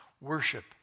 Worship